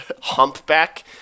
Humpback